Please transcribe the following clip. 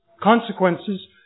consequences